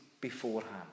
beforehand